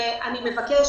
אדוני, אנחנו לא מאשרים